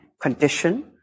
condition